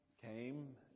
came